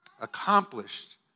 Accomplished